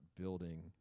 building